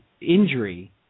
injury